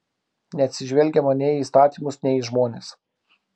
neatsižvelgiama nei į įstatymus nei į žmones